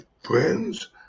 friends